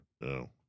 No